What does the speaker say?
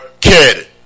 kid